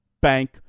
bank